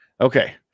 Okay